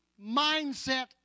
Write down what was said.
mindset